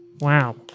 Wow